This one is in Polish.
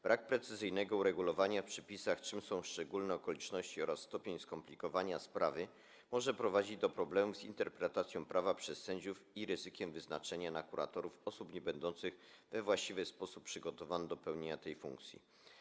Brak precyzyjnego uregulowania w przepisach, czym są szczególne okoliczności, oraz stopień skomplikowania sprawy mogą prowadzić do problemów z interpretacją prawa przez sędziów i wiążą się z ryzykiem wyznaczenia na kuratorów osób, które nie będą we właściwy sposób przygotowane do pełnienia tej funkcji.